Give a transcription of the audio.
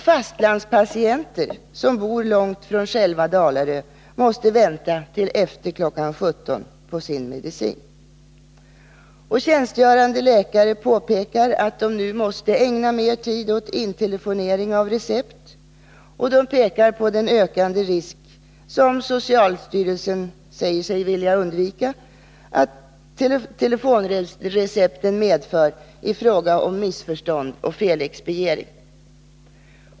Fastlandspatienter som bor långt från själva Dalarö måste vänta till efter kl. 17.00 på sin medicin. Tjänstgörande läkare framhåller att de nu måste ägna mera tid åt intelefonering av recept. De pekar även på den ökande risk — som socialstyrelsen säger sig vilja eliminera — som telefonrecepten medför i fråga om missförstånd och felexpediering.